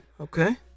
Okay